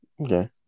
Okay